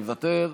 מוותר,